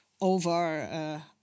over